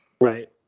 Right